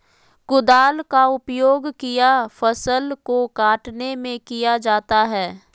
कुदाल का उपयोग किया फसल को कटने में किया जाता हैं?